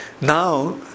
Now